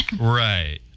Right